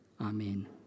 amen